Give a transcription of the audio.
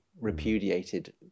repudiated